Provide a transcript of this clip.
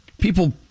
People